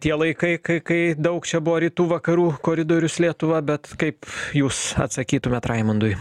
tie laikai kai kai daug čia buvo rytų vakarų koridorius lietuva bet kaip jūs atsakytumėt raimundui